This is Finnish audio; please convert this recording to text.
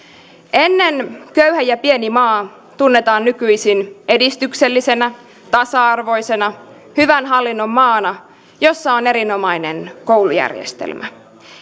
ennen köyhä ja pieni maa tunnetaan nykyisin edistyksellisenä tasa arvoisena hyvän hallinnon maana jossa on erinomainen koulujärjestelmä